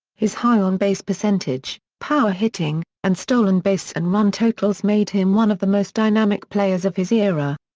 his high on-base percentage, power hitting, and stolen base and run totals made him one of the most dynamic players of his era.